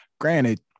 Granted